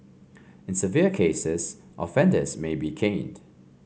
in severe cases offenders may be caned